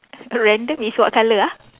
random is what colour ah